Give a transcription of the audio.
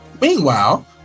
Meanwhile